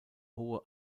hohe